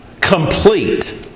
Complete